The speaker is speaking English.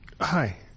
Hi